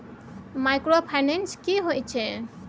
Microfinance की होय छै?